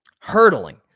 hurdling